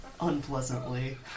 Unpleasantly